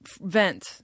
vent